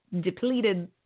depleted